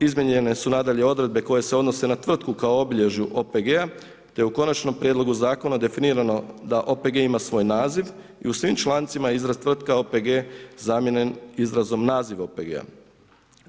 Izmijenjene su nadalje odredbe koje se odnose na tvrtku kao obilježje OPG-a te u konačnom prijedlogu zakona definirano da OPG ima svoj naziv i u svim člancima izraz tvrtka OPG zamijenjen izrazom naziv OPG-a.